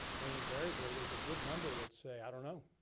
and invariably, there's a good number that say, i don't know.